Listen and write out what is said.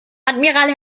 admiral